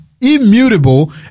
Immutable